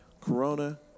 Corona